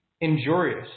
injurious